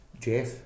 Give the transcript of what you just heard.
Jeff